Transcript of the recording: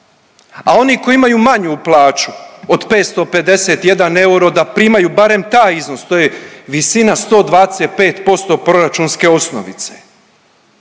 a oni koji imaju manju plaću od 551 euro, da primaju barem taj iznos. To je visina 125% proračunske osnovice.